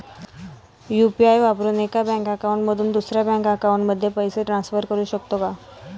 UPI वापरून एका bank account मधून दुसऱ्या बँक अकाउंटमध्ये पैसे ट्रान्सफर करू शकतो का?